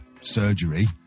surgery